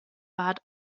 bat